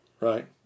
Right